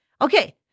okay